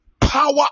power